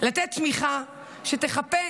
לתת תמיכה שתחפה